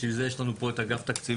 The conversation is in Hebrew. בשביל זה יש לנו פה את אגף תקציבים,